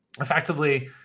effectively